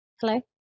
Hello